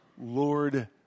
Lord